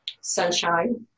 Sunshine